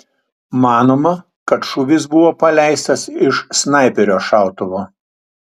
manoma kad šūvis buvo paleistas iš snaiperio šautuvo